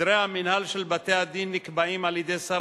סדרי המינהל של בתי-הדין נקבעים על-ידי שר